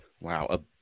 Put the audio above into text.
wow